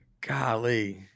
golly